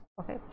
okay